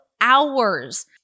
hours